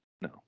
No